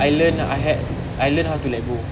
I learnt I had I learnt how to let go